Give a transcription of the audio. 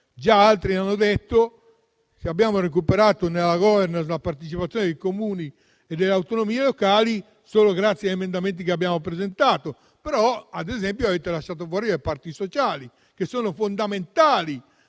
Già altri hanno ricordato che, se abbiamo recuperato nella *governance* la partecipazione dei Comuni e delle autonomie locali, è stato solo grazie ad emendamenti che abbiamo presentato. Avete però lasciato fuori le parti sociali, che sono fondamentali